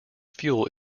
fuel